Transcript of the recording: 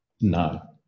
No